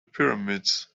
pyramids